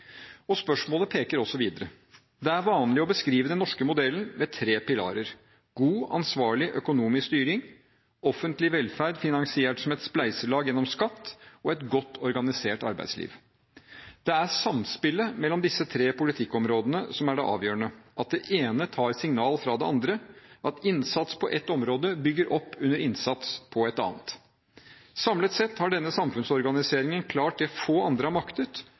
Spørsmålet peker også videre. Det er vanlig å beskrive den norske modellen ved tre pilarer: God, ansvarlig økonomisk styring, offentlig velferd finansiert som et spleiselag gjennom skatt, og et godt organisert arbeidsliv. Det er samspillet mellom disse tre politikkområdene som er det avgjørende – at det ene tar signal fra det andre, at innsats på ett område bygger opp under innsats på et annet. Samlet sett har denne samfunnsorganiseringen klart det få andre har maktet,